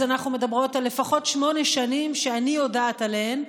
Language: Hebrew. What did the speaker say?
אז אנחנו מדברים על לפחות שמונה שנים שאני יודעת עליהן,